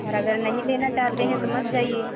और अगर नहीं लेना चाहते हैं तो मत जाइए